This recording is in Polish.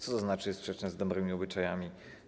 Co to znaczy: jest sprzeczne z dobrymi obyczajami?